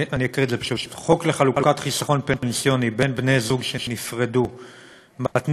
אני אקריא את זה פשוט: חוק לחלוקת חיסכון פנסיוני בין בני-זוג שנפרדו מתנה